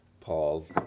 Paul